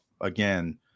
again